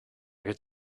could